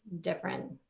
different